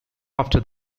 after